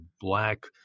black